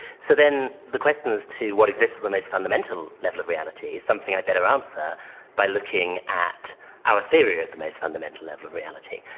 so then, the question is to what exists at the most fundamental level of reality, something i'd better answer by looking at our theory at the most fundamental level of reality,